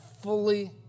fully